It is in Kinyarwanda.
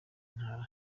ntara